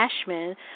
Ashman